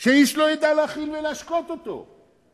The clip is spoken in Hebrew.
שאיש לא ידע להאכיל ולהשקות אותו.